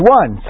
one